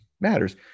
matters